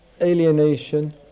alienation